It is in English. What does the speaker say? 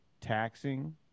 taxing